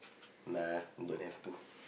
nah don't have to